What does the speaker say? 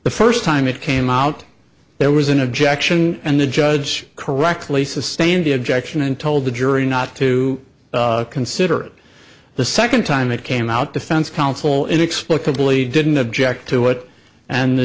the first time it came out there was an objection and the judge correctly sustain the objection and told the jury not to consider the second time it came out defense counsel inexplicably didn't object to it and the